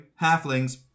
halflings